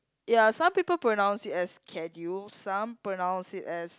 ya some people pronounce it as schedule some pronounce it as